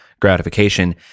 gratification